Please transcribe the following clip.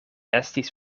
estis